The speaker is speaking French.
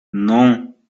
non